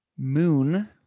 Moon